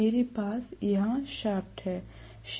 मेरे पास यहां शाफ्ट है